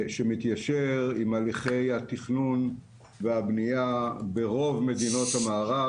שמתיישר עם הליכי התכנון והבנייה ברוב מדינות המערב